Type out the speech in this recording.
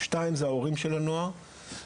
ההורים של הנוער,